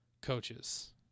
coaches